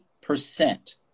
percent